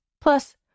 Plus